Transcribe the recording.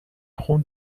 خون